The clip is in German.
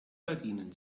gardinen